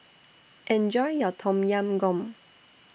Enjoy your Tom Yam Goong